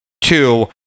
Two